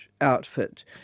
outfit